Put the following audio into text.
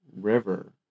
river